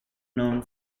known